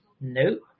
Nope